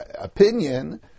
opinion